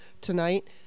tonight